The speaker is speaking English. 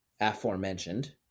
aforementioned